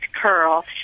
curl